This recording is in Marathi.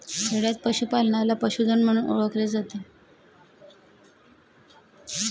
खेडयांत पशूपालनाला पशुधन म्हणून ओळखले जाते